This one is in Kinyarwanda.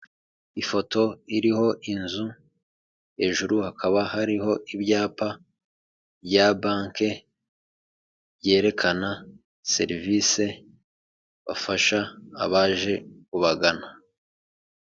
Uyu ni umuhanda wo mu bwoko bwa kaburimbo ugizwe n'amabara y'umukara nu'uturongo tw'umweru, kuruhande hari ibiti birebire by'icyatsi bitoshye, bitanga umuyaga n'amahumbezi ku banyura aho ngaho bose.